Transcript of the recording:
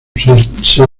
sexto